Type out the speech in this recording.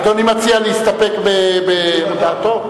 אדוני מציע להסתפק בדעתו?